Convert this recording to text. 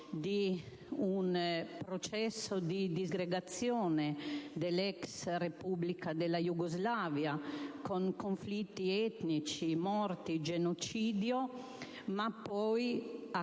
di un processo di disgregazione della ex Repubblica della Jugoslavia, con conflitti etnici, morti, genocidi, anche